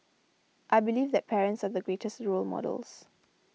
I believe that parents are the greatest role models